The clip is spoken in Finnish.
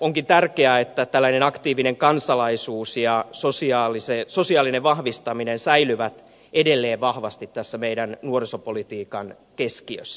onkin tärkeää että tällainen aktiivinen kansalaisuus ja sosiaalinen vahvistaminen säilyvät edelleen vahvasti tässä meidän nuorisopolitiikan keskiössä